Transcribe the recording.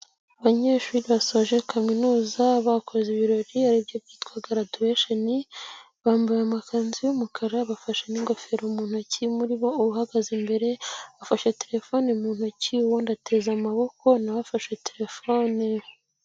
Abanyeshuri basoje kaminuza, bakoze ibirori aribyo byitwa garadiwesheni, bambaye amakanzu y'umukara, bafashe n'ingofero mu ntoki muri bo uhagaze imbere afashe telefoni mu ntoki, uwubundi ateza amaboko na we afashe telefone.